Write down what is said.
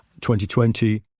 2020